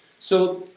so,